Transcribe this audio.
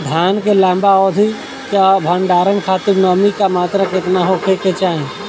धान के लंबा अवधि क भंडारण खातिर नमी क मात्रा केतना होके के चाही?